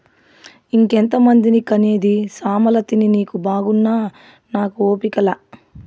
ఇంకెంతమందిని కనేది సామలతిని నీకు బాగున్నా నాకు ఓపిక లా